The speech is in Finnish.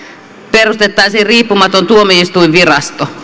perustettaisiin riippumaton tuomioistuinvirasto